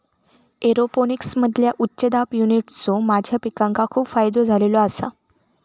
एरोपोनिक्समधील्या उच्च दाब युनिट्सचो माझ्या पिकांका खूप फायदो झालेलो आसा